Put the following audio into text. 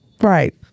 right